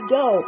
go